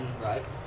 right